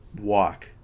walk